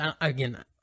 again